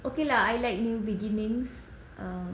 okay lah I like new beginnings um